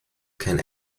kein